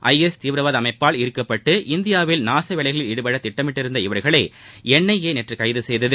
ஐ S தீவிரவாத அமைப்பால் ஈர்க்கப்பட்டு இந்தியாவில் நாசவேலைகளில் ஈடுபட திட்டமிட்டிருந்த இவர்களை என் ஐ ஏ நேற்று கைது செய்தது